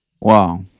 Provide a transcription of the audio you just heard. wow